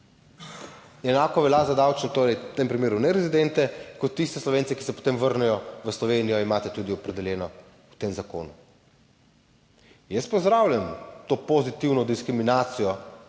Enako velja za davčne, torej v tem primeru ne rezidente, kot tiste Slovence, ki se potem vrnejo v Slovenijo, imate tudi opredeljeno v tem zakonu. Jaz pozdravljam to pozitivno diskriminacijo